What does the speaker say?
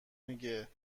میگه